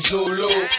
Zulu